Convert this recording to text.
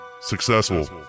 successful